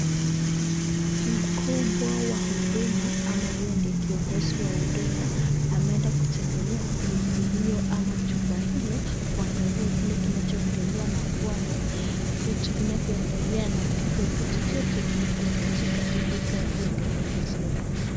Mkubwa wa huduma ama yeye ndiye kiongozi wa huduma ameenda kutembelea ofisi hiyo ama chumba hilo kuangalia kile kinachoendelea na kuwa na vitu vinavyoendelea na vile vitu vyote vinavyohitajika ili kazi iendelee vizuri.